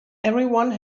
everyone